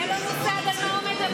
אין לו מושג על מה הוא מדבר.